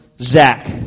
Zach